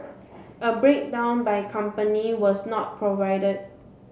a breakdown by company was not provided